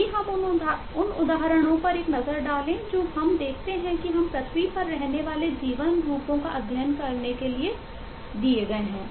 आइए हम उन उदाहरणों पर एक नज़र डालें जो हम देखते हैं कि हम पृथ्वी पर रहने वाले जीवन रूपों का अध्ययन करने के लिए दिए गए हैं